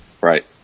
Right